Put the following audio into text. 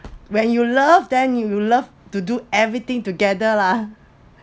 when you love then you you love to do everything together lah